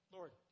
Lord